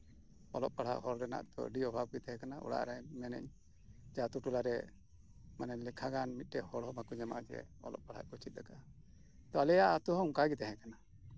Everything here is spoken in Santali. ᱚᱞᱚᱜ ᱯᱟᱲᱦᱟᱜ ᱦᱚᱨ ᱨᱮᱱᱟᱜ ᱠᱟᱹᱣᱰᱤ ᱚᱵᱷᱟᱵᱽ ᱜᱮ ᱛᱟᱸᱦᱮ ᱠᱟᱱᱟ ᱚᱲᱟᱜ ᱨᱮ ᱢᱮᱱᱮᱫ ᱟᱹᱛᱩ ᱴᱚᱞᱟᱨᱮ ᱢᱟᱱᱮ ᱞᱮᱠᱷᱟ ᱜᱟᱱ ᱢᱤᱫᱴᱮᱱ ᱦᱚᱲ ᱦᱚᱸ ᱵᱟᱠᱚ ᱧᱟᱢᱚᱜᱼᱟ ᱡᱮ ᱚᱞᱚᱜ ᱯᱟᱲᱦᱟᱜ ᱠᱚ ᱪᱮᱫ ᱟᱠᱟᱫᱟ ᱛᱚ ᱟᱞᱮᱭᱟᱜ ᱟᱹᱛᱩ ᱦᱚᱸ ᱚᱱᱠᱟ ᱜᱮ ᱛᱟᱸᱦᱮ ᱠᱟᱱᱟ